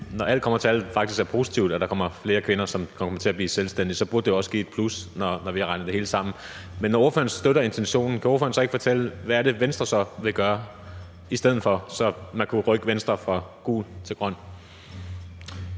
når alt kommer til alt, faktisk er positivt, at der er flere kvinder, som kommer til at blive selvstændige, burde det jo også give et plus, når vi regner det hele sammen. Men når ordføreren støtter intentionen, kan ordføreren så ikke fortælle, hvad det er, Venstre vil gøre i stedet for, så man kunne rykke Venstre fra gul til grøn?